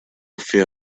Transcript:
fear